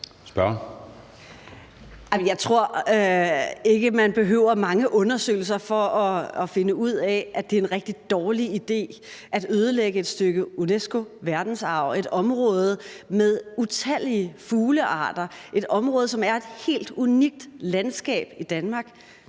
Jeg tror ikke, man behøver mange undersøgelser for at finde ud af, at det er en rigtig dårlig idé at ødelægge et stykke UNESCO-verdensarv; et område med utallige fuglearter; et område, som er et helt unikt landskab i Danmark.